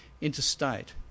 interstate